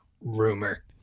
rumor